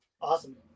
Awesome